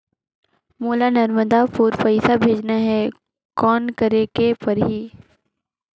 मोला नर्मदापुर पइसा भेजना हैं, कौन करेके परही?